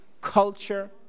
culture